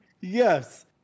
Yes